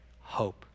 hope